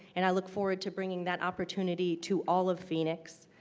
and i look forward to bringing that opportunity to all of phoenix.